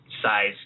size